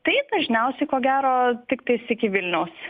tai dažniausiai ko gero tik tais iki vilniaus